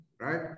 right